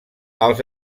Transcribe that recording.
als